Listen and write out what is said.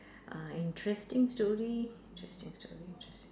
uh interesting story interesting story interesting